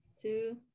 Two